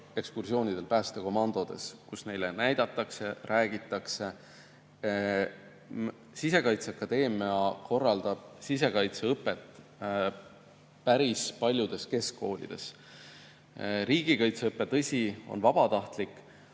ekskursioonidel päästekomandodes, kus neile näidatakse, räägitakse. Sisekaitseakadeemia korraldab sisekaitseõpet päris paljudes keskkoolides. Riigikaitseõpe, tõsi, on vabatahtlik.